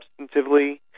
substantively